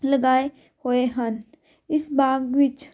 ਲਗਾਏ ਹੋਏ ਹਨ ਇਸ ਬਾਗ ਵਿੱਚ